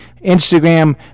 Instagram